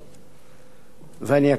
ואני אקרא את ההחלטה,